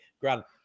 Grant